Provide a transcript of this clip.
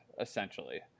essentially